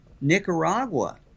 Nicaragua